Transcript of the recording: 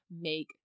make